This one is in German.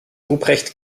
ruprecht